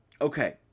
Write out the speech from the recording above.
Okay